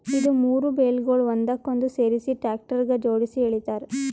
ಇದು ಮೂರು ಬೇಲ್ಗೊಳ್ ಒಂದಕ್ಕೊಂದು ಸೇರಿಸಿ ಟ್ರ್ಯಾಕ್ಟರ್ಗ ಜೋಡುಸಿ ಎಳಿತಾರ್